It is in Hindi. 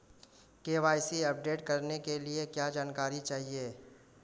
के.वाई.सी अपडेट करने के लिए क्या जानकारी चाहिए?